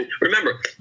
Remember